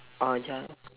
ah ya